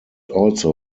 also